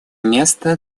место